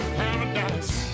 paradise